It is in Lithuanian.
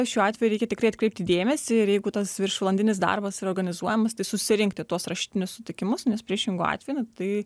šiuo atveju reikia tikrai atkreipti dėmesį ir jeigu tas viršvalandinis darbas yra organizuojamas tai susirinkti tuos rašytinius sutikimus nes priešingu atveju na tai